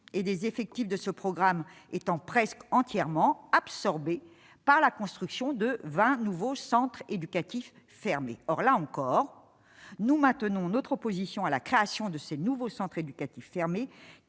et des effectifs de ce programme étant presque entièrement absorbé par la construction de 20 nouveaux centres éducatifs fermés, or, là encore, nous maintenons notre opposition à la création de ces nouveaux centres éducatifs fermés